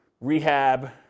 rehab